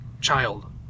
child